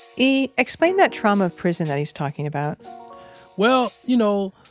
e, explain that trauma of prison that he's talking about well, you know,